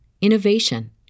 innovation